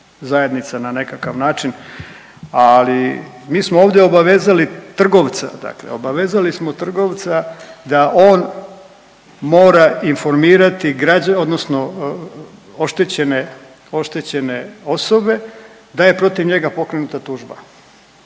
zajednica na nekakav način, ali mi smo ovdje obavezali trgovca, dakle obavezali smo trgovca da on mora informirati .../nerazumljivo/... odnosno oštećene osobe da je protiv njega pokrenuta tužba.